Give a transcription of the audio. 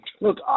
Look